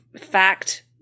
fact